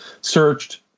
searched